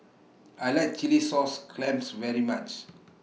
I like Chilli Sauce Clams very much